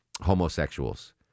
homosexuals